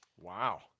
Wow